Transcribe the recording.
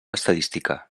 estadística